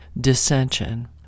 dissension